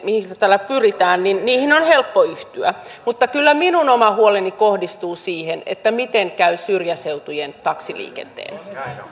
mihin tällä pyritään on helppo yhtyä mutta kyllä minun oma huoleni kohdistuu siihen miten käy syrjäseutujen taksiliikenteen